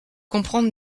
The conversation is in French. comprendre